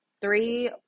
three